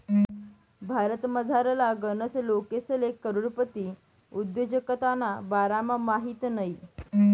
भारतमझारला गनच लोकेसले करोडपती उद्योजकताना बारामा माहित नयी